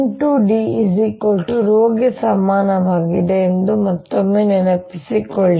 D 𝝆 ಗೆ ಸಮಾನವಾಗಿದೆ ಎಂದು ಮತ್ತೊಮ್ಮೆ ನೆನಪಿಸಿಕೊಳ್ಳಿ